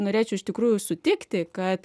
norėčiau iš tikrųjų sutikti kad